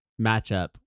matchup